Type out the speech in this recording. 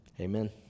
Amen